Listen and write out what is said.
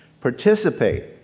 Participate